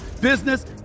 business